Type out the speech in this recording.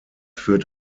führt